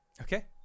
Okay